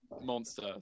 monster